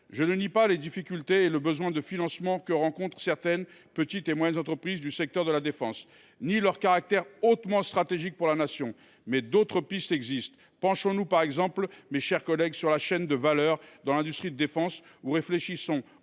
Je ne nie ni les difficultés et le besoin de financement que rencontrent certaines petites et moyennes entreprises du secteur de la défense ni le caractère hautement stratégique de celles ci pour la Nation. Mais d’autres pistes existent. Penchons nous, par exemple, mes chers collègues, sur la chaîne de valeur dans l’industrie de défense ou réfléchissons